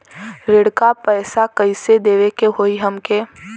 ऋण का पैसा कइसे देवे के होई हमके?